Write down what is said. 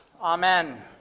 amen